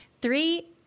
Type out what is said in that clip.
three